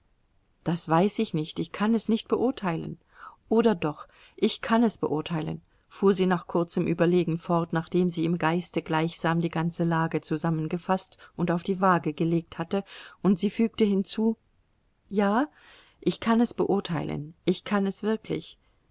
das weiß ich nicht ich kann es nicht beurteilen oder doch ich kann es beurteilen fuhr sie nach kurzem überlegen fort nachdem sie im geiste gleichsam die ganze lage zusammengefaßt und auf die waage gelegt hatte und sie fügte hinzu ja ich kann es beurteilen ich kann es wirklich